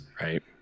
Right